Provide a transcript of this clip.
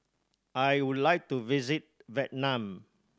I would like to visit Vietnam